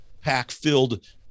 pack-filled